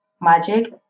magic